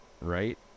Right